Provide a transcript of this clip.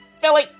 Philly